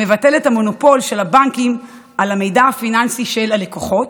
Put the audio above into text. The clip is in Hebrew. המבטל את המונופול של הבנקים על המידע הפיננסי של הלקוחות.